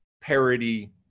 parody